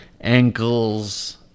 ankles